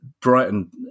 Brighton